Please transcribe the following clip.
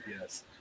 yes